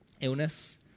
Illness